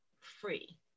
free